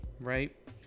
right